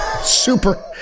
Super